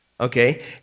Okay